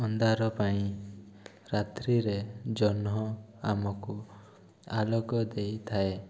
ଅନ୍ଧାର ପାଇଁ ରାତ୍ରିରେ ଜହ୍ନ ଆମକୁ ଆଲୋକ ଦେଇଥାଏ